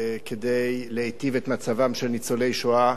בו כדי להיטיב את מצבם של ניצולי שואה.